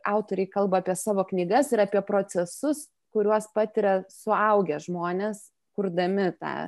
autoriai kalba apie savo knygas ir apie procesus kuriuos patiria suaugę žmonės kurdami tą